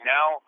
Now